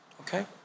Okay